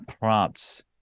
prompts